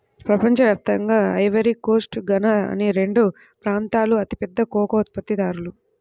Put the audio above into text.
ప్రపంచ వ్యాప్తంగా Ivory Coast, Ghana అనే రెండు ప్రాంతాలూ అతిపెద్ద కోకో ఉత్పత్తిదారులు